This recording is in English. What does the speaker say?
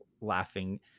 laughing